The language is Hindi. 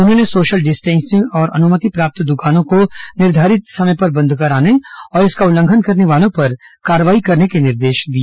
उन्होंने सोशल डिस्टेंसिंग और अनुमति प्राप्त दुकानों को निर्धारित समय पर बन्द कराने और इसका उल्लंघन करने वालो पर कार्यवाही करने के निर्देश दिए